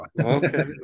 Okay